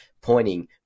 pointing